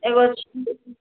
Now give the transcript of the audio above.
एगो छै